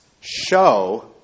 show